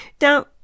Now